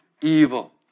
evil